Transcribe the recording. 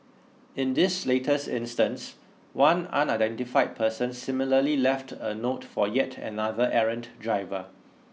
in this latest instance one unidentified person similarly left a note for yet another errant driver